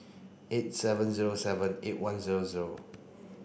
eight seven zero seven eight one zero zero